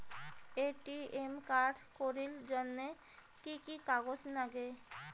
ATM card করির জন্যে কি কি কাগজ নাগে?